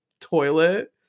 toilet